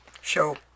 show